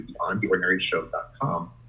beyondtheordinaryshow.com